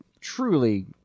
truly